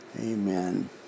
Amen